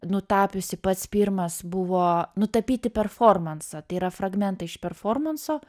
nutapiusi pats pirmas buvo nutapyti performansą tai yra fragmentai iš performanso